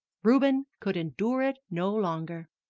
reuben could endure it no longer.